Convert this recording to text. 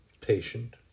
patient